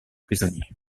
prisonniers